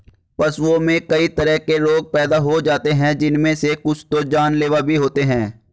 पशुओं में कई तरह के रोग पैदा हो जाते हैं जिनमे से कुछ तो जानलेवा भी होते हैं